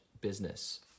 business